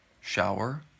shower